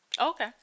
Okay